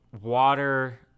water